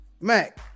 Mac